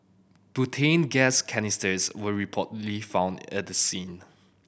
butane gas canisters were reportedly found at the scene